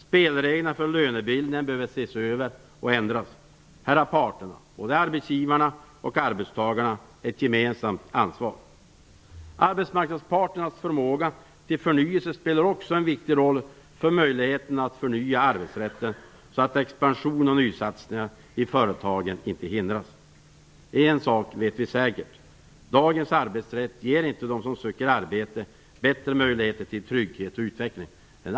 Spelreglerna för lönebildningen behöver ses över och ändras. Här har parterna - både arbetsgivarna och arbetstagarna - ett gemensamt ansvar. Arbetsmarknadsparternas förmåga till förnyelse spelar också en viktig roll för möjligheterna att förnya arbetsrätten så att expansion och nysatsningar i företagen inte hindras. En sak vet vi säkert. Dagens arbetsrätt ger inte dem som söker arbete bättre möjligheter till trygghet och utveckling.